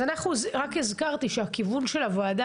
רק הזכרתי שהכיוון של הוועדה,